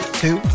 two